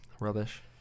rubbish